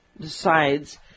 decides